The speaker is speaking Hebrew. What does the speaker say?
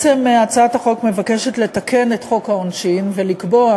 הצעת החוק מבקשת לתקן את חוק העונשין ולקבוע